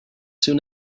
soon